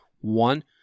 One